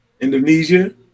Indonesia